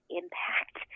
impact